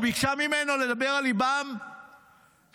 וביקשה ממנו לדבר על ליבם של